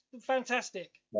Fantastic